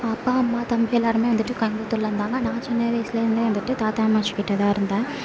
அப்பா அம்மா தம்பி எல்லாரும் வந்துட்டு கோயம்பத்தூரில் இருந்தாங்க நான் சின்ன வயதில் இருந்து வந்துட்டு தாத்தா அம்மாச்சி கிட்ட தான் இருந்தேன்